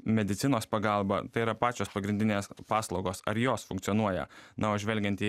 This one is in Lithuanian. medicinos pagalba tai yra pačios pagrindinės paslaugos ar jos funkcionuoja na o žvelgiant į